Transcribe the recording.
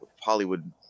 hollywood